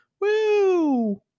Woo